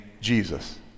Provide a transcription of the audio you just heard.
Jesus